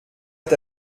est